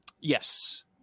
Yes